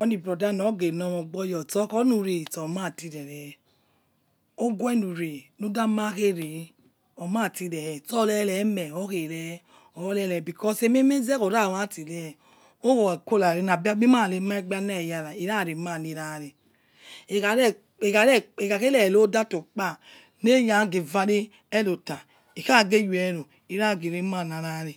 Oni brother na ogenor me ogbo okhonuriri otoo matirere oguenu ni nudamari omatire stor nere me okhare because emezkhora matire owokhakora nabimari remanegina wa ikaremanare ikhare ikhare kharese roi dato kpa neyagevare eroto ekhagewore irageremanarare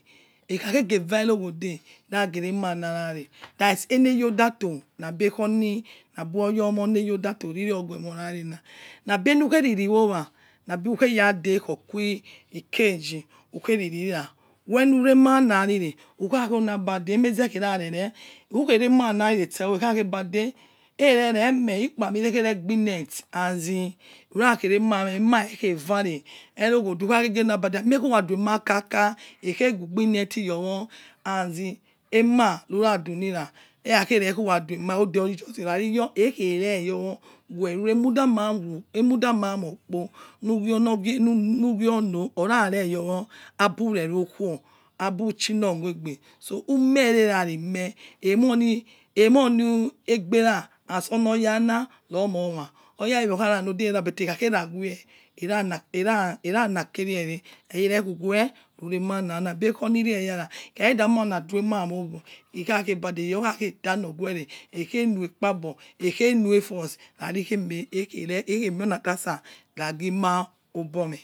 ekhakegeva reroghode irageremanarare that's eneyodator ekoni nabo niye neyodato ekhoni nabo yormo ne yodato nabi enukheri ri wowa nabihukhegadekor qui cagei, ukaheriri ra wenurema na rire ukhe runabade emeze khi evarere ukherema nare ote ukabade evereme ikpami reregboneat as he urakhe rema mame emachelare ero ghode okhagedabade amie ura duema kaka ekhei gbabui neati your wo as he ema rura du nira erakhe uradema oderurigusi rari yor ekhe reyour wor weh emudama morkpo nughiono era regowo abure rokhuo abuchinor meigbe umere rarimeh emoni emoni egbe ra as aniyanaromo ma oyawewe okharan ode era but ekhakherawe erana kherere erekhuwe remanara nabi ekho niri eyara ikada runa due emamoi obo ikhakhe bade ekha khedanor guere ekhenoikpa bor ekhenoi farce rarikheme ekhere ekhemioni atasa ragi ema obome.